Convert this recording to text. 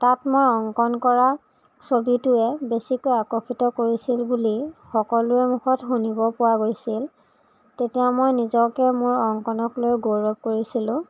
তাত মই অংকণ কৰা ছবিটোৱে বেছিকৈ আকৰ্ষিত কৰিছিল বুলি সকলোএ মুখত শুনিব পোৱা গৈছিল তেতিয়া মই নিজকে মোৰ অংকণক লৈ গৌৰৱ কৰিছিলো